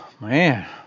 man